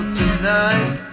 tonight